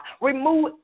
Remove